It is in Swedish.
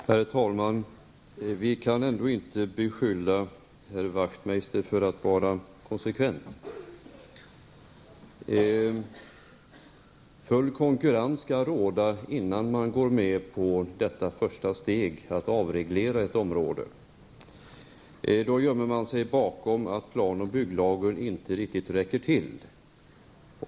Herr talman! Vi kan inte beskylla herr Wachtmeister för att vara konsekvent. Full konkurrens skall råda innan han går med på detta första steg för att avreglera ett område. Han gömmer sig bakom konstaterandet att plan och bygglagen inte riktigt räcker till.